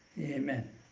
amen